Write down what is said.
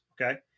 okay